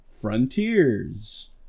Frontiers